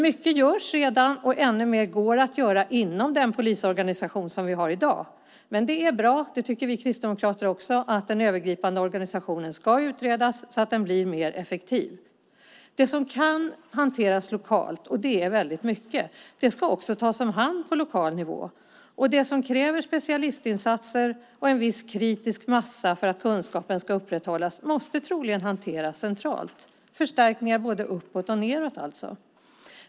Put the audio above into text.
Mycket görs redan, och ännu mer går att göra inom den polisorganisation vi har i dag. Också vi kristdemokrater tycker att det är bra att den övergripande polisorganisationen ska utredas så att den blir mer effektiv. Det som kan hanteras lokalt, och det är väldigt mycket, ska också tas om hand på lokal nivå. Det som kräver specialistinsatser och en viss kritisk massa för att kunskapen ska upprätthållas måste troligen hanteras centralt. Det innebär förstärkningar både uppåt och nedåt.